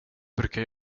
brukar